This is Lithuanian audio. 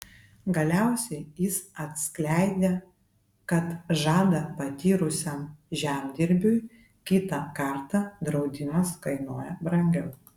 galiausiai jis atskleidė kad žalą patyrusiam žemdirbiui kitą kartą draudimas kainuoja brangiau